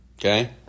okay